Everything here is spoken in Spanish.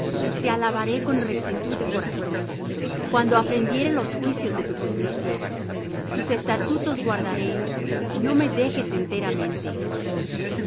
te alabaré con rectitud de corazón cuando aprendiere los juicios de tu justicia tus estatutos guardaré no me dejes enteramente